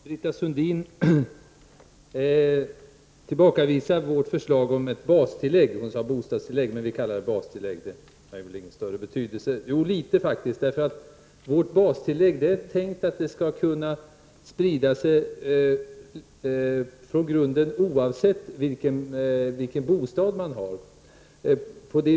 Herr talman! Britta Sundin tillbakavisar vårt förslag till bastillägg. Det är tänkt att bastillägget skall kunna utgå oavsett vilken bostad man har.